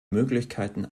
möglichkeiten